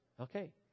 Okay